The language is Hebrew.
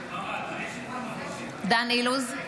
נגד דן אילוז,